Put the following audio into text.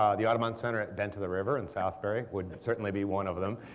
um the audubon center at bent of the river in southbury would certainly be one of them.